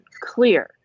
Clear